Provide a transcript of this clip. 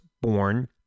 born